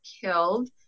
killed